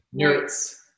Nerds